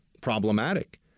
problematic